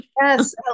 Yes